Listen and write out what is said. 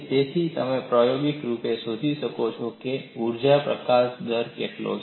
તેથી તમે પ્રાયોગિક રૂપે શોધી શકો છો કે ઊર્જા પ્રકાશન દર કેટલો છે